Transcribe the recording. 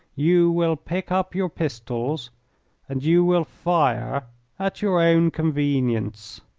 you will pick up your pistols and you will fire at your own convenience.